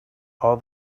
all